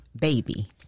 baby